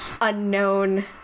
unknown